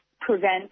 prevent